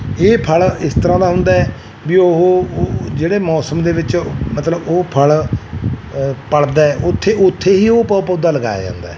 ਇਹ ਫਲ ਇਸ ਤਰ੍ਹਾਂ ਦਾ ਹੁੰਦਾ ਵੀ ਉਹ ਜਿਹੜੇ ਮੌਸਮ ਦੇ ਵਿੱਚ ਮਤਲਬ ਉਹ ਫਲ ਪਲਦਾ ਉੱਥੇ ਉੱਥੇ ਹੀ ਉਹ ਪੌ ਪੌਦਾ ਲਗਾਇਆ ਜਾਂਦਾ